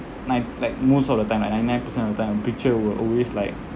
nine like most of the time like ninety nine percent of the time picture will always like